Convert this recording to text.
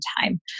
time